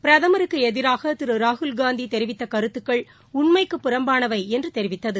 பிரதமருக்குஎதிராகதிருராகுல்காந்திதெரிவித்தகருத்துக்கள் உண்மைக்கு புறம்பானவைஎன்றுதெரிவித்தது